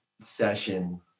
session